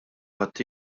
ħadd